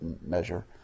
measure